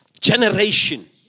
generation